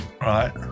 Right